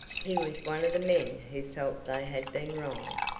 he was one of the men who felt they had been wronged,